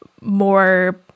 more